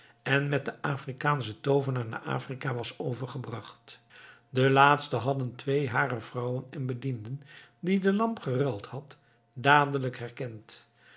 en met den afrikaanschen toovenaar naar afrika was overgebracht den laatsten hadden twee harer vrouwen en de bediende die de lamp geruild had dadelijk herkend